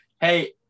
Hey